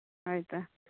ᱦᱳᱭ ᱛᱚ